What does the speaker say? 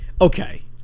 Okay